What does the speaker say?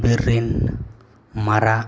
ᱵᱤᱨ ᱨᱤᱱ ᱢᱟᱨᱟᱜ